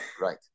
Right